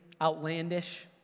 outlandish